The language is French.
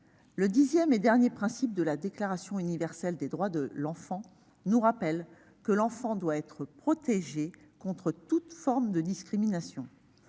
Le dixième et dernier principe de la Déclaration universelle des droits de l'enfant nous rappelle que l'enfant doit être protégé contre toute forme de discrimination.